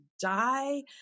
die